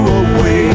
away